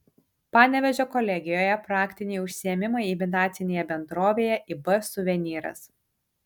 panevėžio kolegijoje praktiniai užsiėmimai imitacinėje bendrovėje ib suvenyras